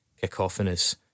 cacophonous